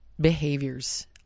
behaviors